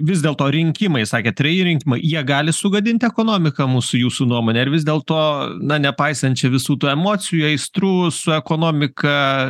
vis dėl to rinkimai sakėt treji rinkimai jie gali sugadinti ekonomiką mūsų jūsų nuomone ar vis dėlto na nepaisančią visų tų emocijų aistrų su ekonomika